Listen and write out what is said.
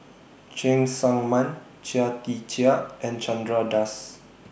Cheng Tsang Man Chia Tee Chiak and Chandra Das